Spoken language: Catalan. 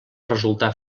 resultar